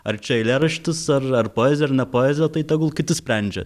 ar čia eilėraštis ar ar poezija ar ne poezija tai tegul kiti sprendžia